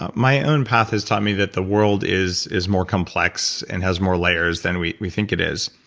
ah my own path has taught me that the world is is more complex and has more layers than we we think it is.